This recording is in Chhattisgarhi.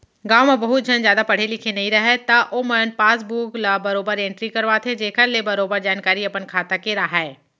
गॉंव म बहुत झन जादा पढ़े लिखे नइ रहयँ त ओमन पासबुक ल बरोबर एंटरी करवाथें जेखर ले बरोबर जानकारी अपन खाता के राहय